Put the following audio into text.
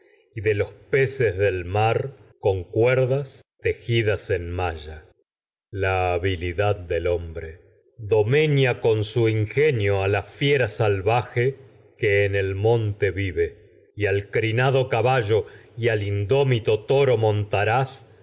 y de los peces del mar cuerdas te con jidas su en malla la a habilidad del que hombre en domeña ingenio la fiera salvaje y el monte vive les y al crinado el caballo al indómito toro montaraz